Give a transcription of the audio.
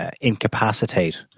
incapacitate